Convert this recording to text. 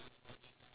ya